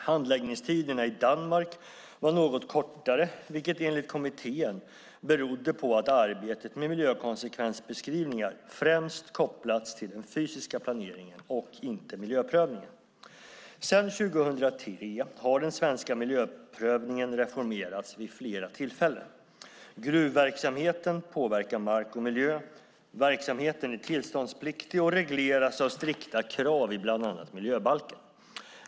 Handläggningstiderna i Danmark var något kortare, vilket enligt kommittén berodde på att arbetet med miljökonsekvensbeskrivningar främst kopplats till den fysiska planeringen och inte miljöprövningen. Sedan 2003 har den svenska miljöprövningen reformerats vid flera tillfällen. Gruvverksamheten påverkar mark och miljö. Verksamheten är tillståndspliktig och regleras av strikta krav i bland annat miljöbalken.